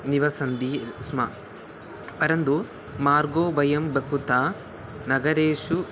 निवसन्ति स्म परन्तु मार्गे वयं बहुधा नगरेषु